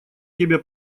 тебе